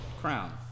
Crown